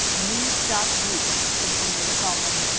me stop you, said the indian calmly.